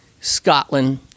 Scotland